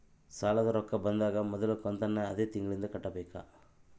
ಸಾಲದ ರೊಕ್ಕ ಬಂದಾಗ ಮೊದಲ ಕಂತನ್ನು ಅದೇ ತಿಂಗಳಿಂದ ಕಟ್ಟಬೇಕಾ?